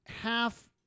half